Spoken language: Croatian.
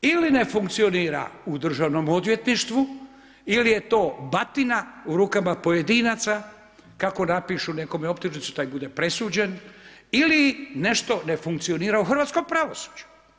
Ili ne funkcionira u državnom odvjetništvu ili je to batina u rukama pojedinaca, kako napišu nekome optužnicu, taj bude presuđen ili nešto ne funkcionira u hrvatskom pravosuđu.